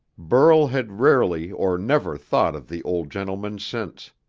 burl had rarely or never thought of the old gentleman since.